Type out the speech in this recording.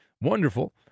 Wonderful